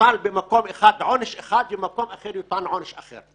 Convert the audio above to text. יוטל במקום עונש אחד ובמקום אחר יוטל עונש אחר?